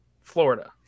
Florida